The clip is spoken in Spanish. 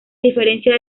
diferencia